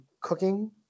cooking